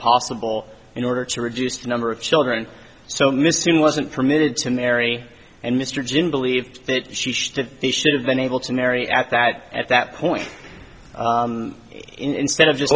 possible in order to reduce the number of children so missing wasn't permitted to marry and mr jim believed that she should if they should have been able to marry at that at that point instead of just